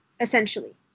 essentially